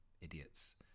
idiots